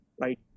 Right